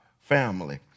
family